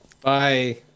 Bye